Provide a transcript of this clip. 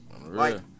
Right